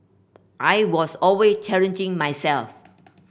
I was always challenging myself